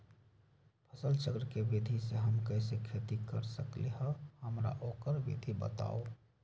फसल चक्र के विधि से हम कैसे खेती कर सकलि ह हमरा ओकर विधि बताउ?